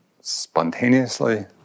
spontaneously